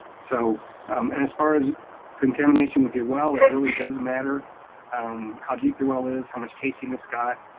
so um as far as contamination with your well, it really does matter um how deep your well is, how much casing it's got.